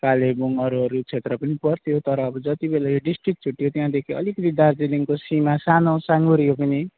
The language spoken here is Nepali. कालेबुङ अरू अरू क्षेत्र पनि पर्थ्यो तर अब जति बेला यो डिस्ट्रिक्ट छुट्यो त्यहाँदेखि अलिकति दार्जिलिङको सीमा सानो साँघुरियो पनि